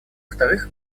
вторых